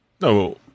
no